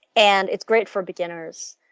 and it's great for beginners.